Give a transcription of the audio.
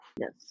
Yes